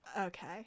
Okay